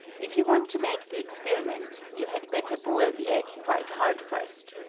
if you want to make the experiment, you had better boil the egg quite hard first,